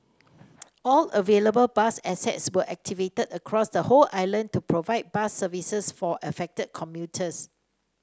all available bus assets were activated across the whole island to provide bus service for affected commuters